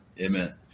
Amen